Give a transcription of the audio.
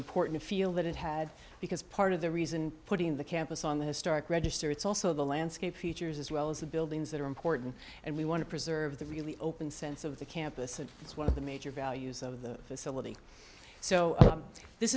important feel that it had because part of the reason putting the campus on the historic register it's also the landscape features as well as the buildings that are important and we want to preserve the really open sense of the campus and that's one of the major values of the facility so this